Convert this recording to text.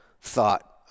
thought